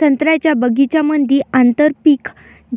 संत्र्याच्या बगीच्यामंदी आंतर पीक